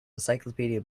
encyclopedia